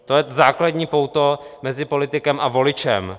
To je základní pouto mezi politikem a voličem.